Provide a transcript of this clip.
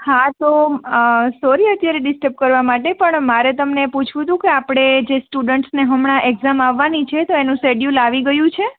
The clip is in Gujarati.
હા તો સોરી અત્યારે ડિસ્ટર્બ કરવા માટે પણ મારે તમને પૂછવું હતું કે આપણે જે સ્ટુડન્ટ્સ હમણાં એક્જામ આવવાની છે તો એનું સેડ્યુલ આવી ગયું છે